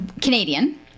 Canadian